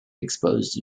exposed